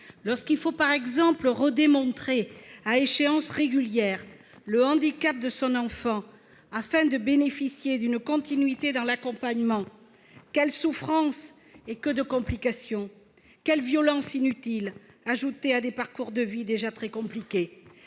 Lorsqu'il faut, par exemple, « redémontrer », à échéance régulière, le handicap de son enfant afin de bénéficier d'une continuité dans l'accompagnement, quelle souffrance et que de complications ! Quelle violence inutile ajoutée à des parcours de vie déjà très compliqués